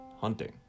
hunting